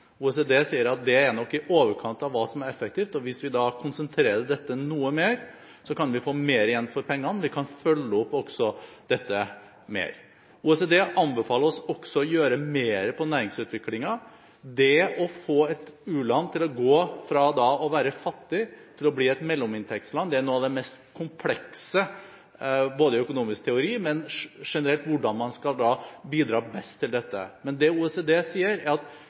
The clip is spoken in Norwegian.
OECD sier at det nok er i overkant av hva som er effektivt, og hvis vi konsentrerer dette noe mer, kan vi få mer igjen for pengene, og vi kan også følge opp dette mer. OECD anbefaler oss også å gjøre mer på næringsutvikling. Det å få et u-land til å gå fra å være fattig til å bli et mellominntektsland, er noe av det mest komplekse man kan gjøre, både i økonomisk teori og når det gjelder hvordan man generelt skal bidra best til dette. Men OECD sier at det er